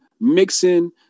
mixing